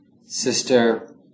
Sister